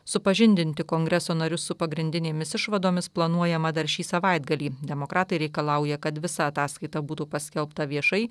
supažindinti kongreso narius su pagrindinėmis išvadomis planuojama dar šį savaitgalį demokratai reikalauja kad visa ataskaita būtų paskelbta viešai